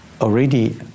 already